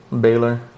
Baylor